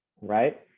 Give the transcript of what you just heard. right